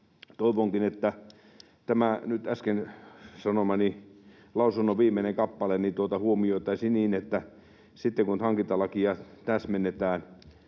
Toivonkin, että tämä nyt äsken sanomani lausunnon viimeinen kappale huomioitaisiin sitten, kun hankintalakia täsmennetään.